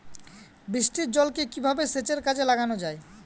বৃষ্টির জলকে কিভাবে সেচের কাজে লাগানো য়ায়?